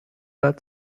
blood